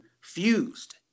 fused